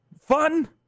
fun